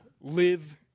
Live